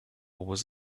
was